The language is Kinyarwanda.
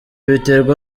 biterwa